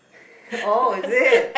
oh is it